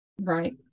Right